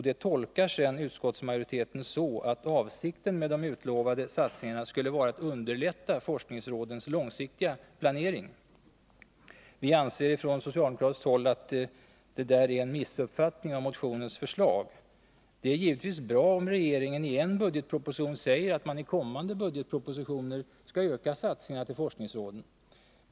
Detta tolkar sedan utskottsmajoriteten så, att avsikten med de utlovade satsningarna skulle vara att underlätta forskningsrådens långsiktiga planering. Vi anser från socialdemokratiskt håll att detta är en missuppfattning av motionens förslag. Det är givetvis bra om regeringen i en budgetproposition säger, att man i kommande budgetpropositioner skall öka satsningarna till forskningsråden.